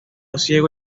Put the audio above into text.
ciego